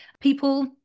people